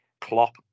Klopp